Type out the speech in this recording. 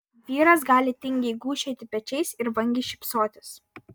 vyras gali tingiai gūžčioti pečiais ir vangiai šypsotis